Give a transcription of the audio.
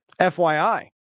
FYI